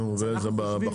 נו, וזה בחוק?